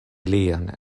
lian